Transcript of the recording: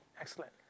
excellent